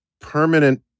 permanent